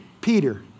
Peter